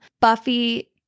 Buffy